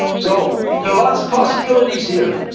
so, there are lots of possibilities here.